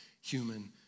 human